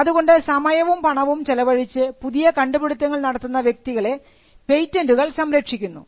അതുകൊണ്ട് സമയവും പണവും ചെലവഴിച്ച് പുതിയ കണ്ടുപിടിത്തങ്ങൾ നടത്തുന്ന വ്യക്തികളെ പേറ്റന്റുകൾ സംരക്ഷിക്കുന്നു